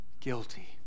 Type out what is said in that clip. guilty